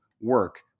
work